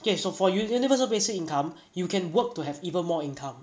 okay so for universal basic income you can work to have even more income